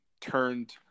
turned